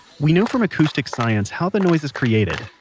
we know from acoustic science how the noise is created.